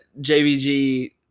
JVG